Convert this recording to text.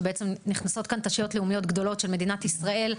שבעצם נכנסות כאן תשתיות לאומיות גדולות של מדינת ישראל,